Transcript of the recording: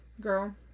Girl